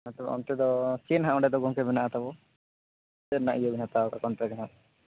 ᱛᱳ ᱚᱱᱛᱮ ᱫᱚ ᱪᱮᱫ ᱦᱟᱸᱜ ᱚᱸᱰᱮ ᱫᱚ ᱜᱚᱢᱠᱮ ᱢᱮᱱᱟᱜᱼᱟ ᱛᱟᱵᱚ ᱪᱮᱫ ᱨᱮᱱᱟ ᱤᱭᱟᱹ ᱵᱮᱱ ᱦᱟᱛᱟᱣ ᱟᱠᱟᱫᱼᱟ ᱠᱚᱱᱴᱮᱠ ᱦᱟᱸᱜ